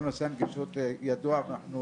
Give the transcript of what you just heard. וכל נושא הנגישות ידוע, אנחנו